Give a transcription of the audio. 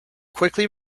quickly